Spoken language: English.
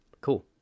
Cool